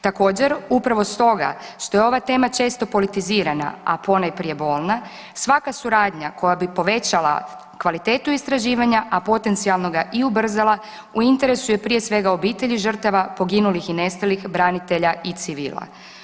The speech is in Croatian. Također upravo stoga što je ova tema često politizirana, a ponajprije bolna, svaka suradnja koja bi povećala kvalitetu istraživanja, a potencijalno ga i ubrzala u interesu je prije svega obitelji žrtava, poginulih i nestalih branitelja i civila.